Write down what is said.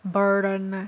burden